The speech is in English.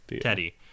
Teddy